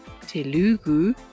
Telugu